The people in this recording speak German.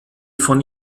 von